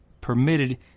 permitted